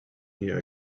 near